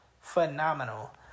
phenomenal